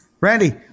Randy